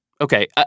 Okay